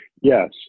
Yes